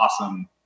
awesome